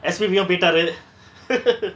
S_P_B uh பெய்ட்டாறு:peitaaru